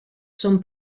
són